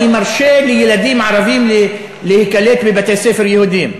אני מרשה לילדים ערבים להיקלט בבתי-ספר יהודיים.